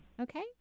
okay